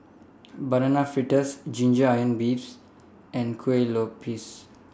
Banana Fritters Ginger Onions beefs and Kuih Lopes